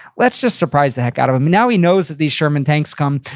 let's just surprise the heck out of him. now he knows that these sherman tanks come.